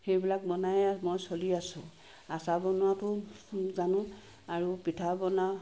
সেইবিলাক বনায়ে মই চলি আছো আচাৰ বনোৱাটোও জানো আৰু পিঠা বনা